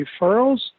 referrals